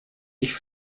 dich